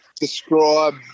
describe